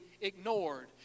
ignored